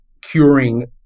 curing